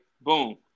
Boom